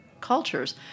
cultures